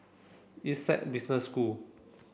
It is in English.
Essec Business School